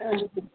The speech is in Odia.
ଆଜ୍ଞା